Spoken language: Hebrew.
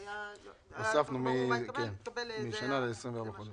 הוספנו משנה ל-24 חודש.